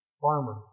farmer